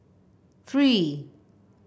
three